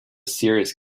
serious